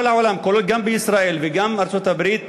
כולל בישראל וגם בארצות-הברית,